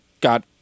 got